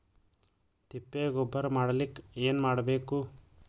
ತಿಪ್ಪೆ ಗೊಬ್ಬರ ಮಾಡಲಿಕ ಏನ್ ಮಾಡಬೇಕು?